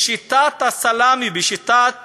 בשיטת הסלאמי, בשיטה